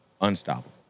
Unstoppable